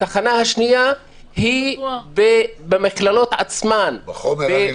התחנה השנייה היא במכללות עצמן -- בחומר הנלמד.